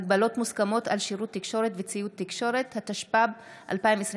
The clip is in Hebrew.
(הגבלות מוסכמות על שירות תקשורת וציוד תקשורת) התשפ"ב 2022,